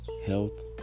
Health